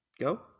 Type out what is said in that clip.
go